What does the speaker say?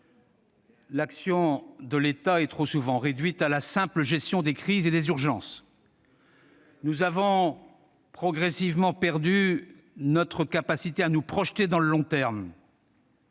L'action de l'État est trop souvent réduite à la simple gestion des crises et des urgences. » Et encore !« Nous avons progressivement perdu notre capacité à nous projeter dans le long terme,